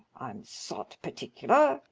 i'm sot particular.